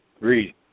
Agreed